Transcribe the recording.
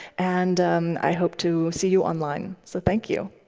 and i hope to see you online. so thank you.